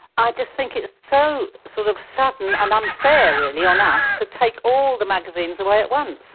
i just think it's so sort of sudden and unfair really on us to take all the magazines away at once.